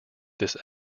this